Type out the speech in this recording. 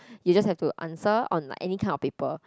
you just have to answer on like any kind of paper